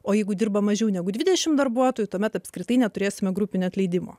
o jeigu dirba mažiau negu dvidešim darbuotojų tuomet apskritai neturėsime grupinio atleidimo